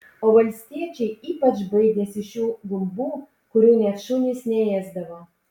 o valstiečiai ypač baidėsi šių gumbų kurių net šunys neėsdavo